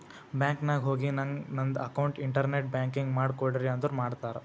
bank ನಾಗ್ ಹೋಗಿ ನಂಗ್ ನಂದ ಅಕೌಂಟ್ಗ ಇಂಟರ್ನೆಟ್ ಬ್ಯಾಂಕಿಂಗ್ ಮಾಡ್ ಕೊಡ್ರಿ ಅಂದುರ್ ಮಾಡ್ತಾರ್